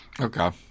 Okay